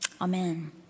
Amen